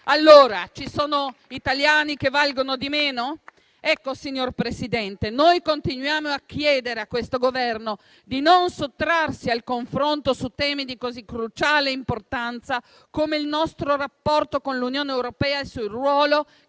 Allora, ci sono italiani che valgono di meno? Signora Presidente, noi continuiamo a chiedere a questo Governo di non sottrarsi al confronto su temi di così cruciale importanza, come il nostro rapporto con l'Unione europea e il ruolo che